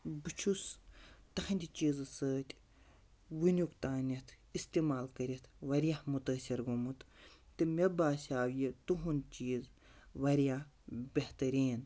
بہٕ چھُس تَہَندِ چیٖزٕ سۭتۍ وٕنیُٚک تانٮ۪تھ استعمال کٔرِتھ واریاہ مُتٲثِر گوٚمُت تہٕ مےٚ باسیٛو یہِ تُہُنٛد چیٖز واریاہ بہتریٖن